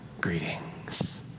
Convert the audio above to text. Greetings